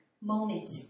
moment